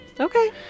Okay